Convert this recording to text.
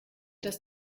das